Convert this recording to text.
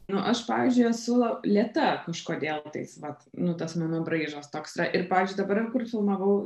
nu aš pavyzdžiui esu lėta kažkodėl tais vat nu tas mano braižas toks yra ir pavyzdžiui dabar kur filmavau